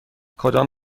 کدام